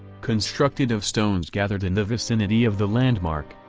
constructed of stones gathered in the vicinity of the landmark,